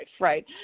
right